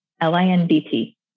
l-i-n-d-t